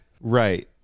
Right